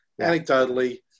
anecdotally